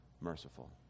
merciful